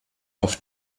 auf